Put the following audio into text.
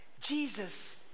Jesus